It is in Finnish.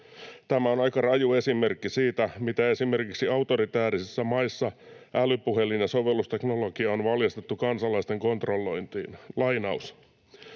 Tämä on aika raju esimerkki siitä, miten esimerkiksi autoritaarisissa maissa älypuhelin ja sovellusteknologia on valjastettu kansalaisten kontrollointiin: